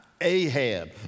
Ahab